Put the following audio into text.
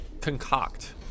concoct